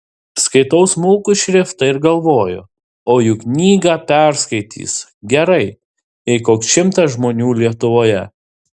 skaitau smulkų šriftą ir galvoju o juk knygą perskaitys gerai jei koks šimtas žmonių lietuvoje